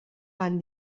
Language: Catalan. van